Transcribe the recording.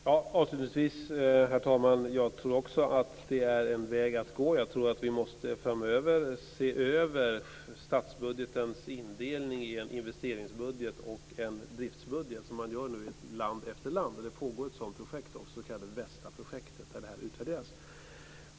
Herr talman! Avslutningsvis tror också jag att det är en väg att gå. Vi måste framöver se över statsbudgetens indelning i en investeringsbudget och en driftsbudget. Så gör man i land efter land, och det pågår också ett projekt - det s.k. VESTA-projektet - där detta utvärderas.